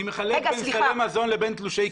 מחלק בין סלי מזון לבין תלושי קנייה.